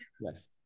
Yes